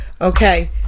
Okay